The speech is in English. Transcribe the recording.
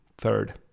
third